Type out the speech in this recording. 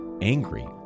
angry